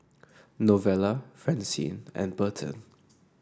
Novella Francine and Berton